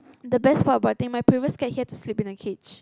the best part about him my previous cat he had to sleep in a cage